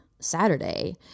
Saturday